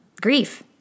grief